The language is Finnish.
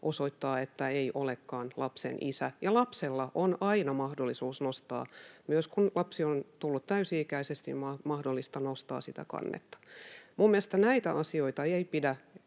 osoittaa, että ei olekaan lapsen isä. Ja myös lapsella on aina mahdollisuus, kun lapsi on tullut täysi-ikäiseksi, nostaa siitä kanne. Minun mielestäni näitä asioita ei pidä,